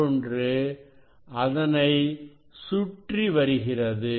மற்றொன்று அதனை சுற்றி வருகிறது